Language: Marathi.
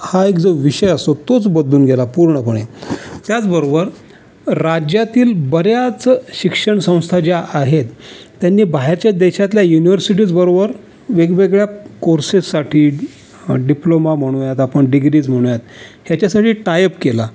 हा एक जो विषय असतो तोच बदलून गेला पूर्णपणे त्याचबरोबर र्र राज्यातील बऱ्याच शिक्षणसंस्था ज्या आहेत त्यांनी बाहेरच्या देशातल्या यूनिवर्सिटीज बरोबर वेगवेगळ्या कोर्सेससाठी डिप्लोमा म्हणूयात आपण डिग्रीज म्हणूयात ह्याच्यासाठी टायअप केला